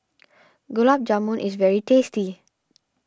Gulab Jamun is very tasty